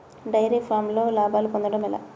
Dairy ఫామ్లో లాభాలు పొందడం ఎలా?